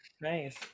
nice